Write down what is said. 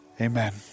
amen